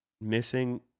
missing